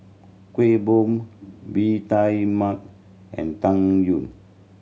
Kueh Bom Bee Tai Mak and Tang Yuen